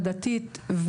הדתית.